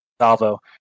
Salvo